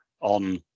on